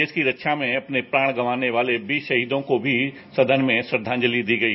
देश की रक्षा में अपने प्राण गंवाने वाले वीर शहीदों को भी सदन में श्रद्धांजलि दी गई